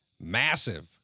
Massive